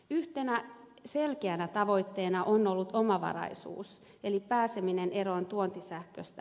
yhtenä selkeänä tavoitteena on ollut omavaraisuus eli pääseminen eroon tuontisähköstä